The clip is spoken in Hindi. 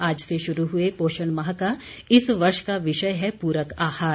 आज से शुरू हुए पोषण माह का इस वर्ष का विषय है पूरक आहार